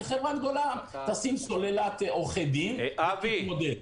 וחברה גדולה תשים סוללת עורכי דין ותתמודד.